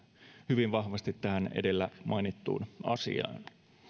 hyvin vahvasti tähän edellä mainittuun asiaan